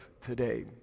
today